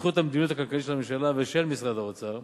בזכות המדיניות הכלכלית של הממשלה ושל משרד האוצר,